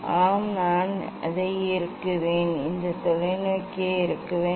ஆம் நான் அதை இறுக்குவேன் இந்த தொலைநோக்கியை இறுக்குவேன்